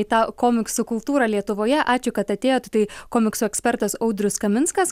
į tą komiksų kultūrą lietuvoje ačiū kad atėjot tai komiksų ekspertas audrius kaminskas